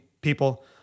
people